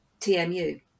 TMU